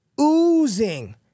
oozing